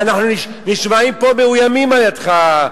אנחנו נשמעים פה מאוימים על-ידך,